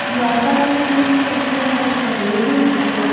ਜਾਂ ਤਾਂ ਕੋਈ ਇਸ ਮਸਲੇ ਦਾ ਹੱਲ ਕਰਨਾ ਹੀ ਨਹੀਂ ਚਾਹੁੰਦਾ